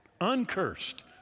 uncursed